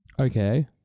Okay